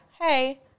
hey